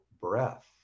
breath